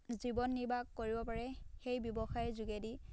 জীৱন নিৰ্বাহ কৰিব পাৰে সেই ব্যৱসায়ৰ যোগেদি